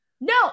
No